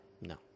No